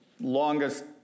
Longest